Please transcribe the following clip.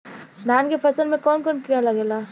धान के फसल मे कवन कवन कीड़ा लागेला?